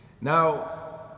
Now